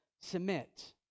submit